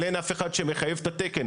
אבל אין אף אחד שמחייב את התקן.